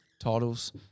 titles